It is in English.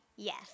Yes